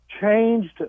changed